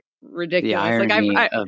ridiculous